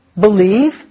believe